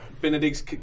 Benedict's